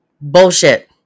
Bullshit